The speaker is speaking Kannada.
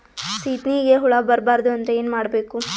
ಸೀತ್ನಿಗೆ ಹುಳ ಬರ್ಬಾರ್ದು ಅಂದ್ರ ಏನ್ ಮಾಡಬೇಕು?